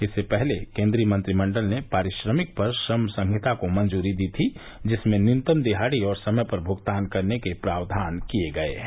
इससे पहले केन्द्रीय मंत्रिमंडल ने पारिश्रमिक पर श्रम संहिता को मंजूरी दी थी जिसमें न्यूनतम दिहाड़ी और समय पर भुगतान करने के प्रावधान किए गये हैं